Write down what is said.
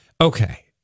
Okay